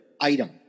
item